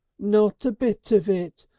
not a bit of it.